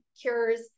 cures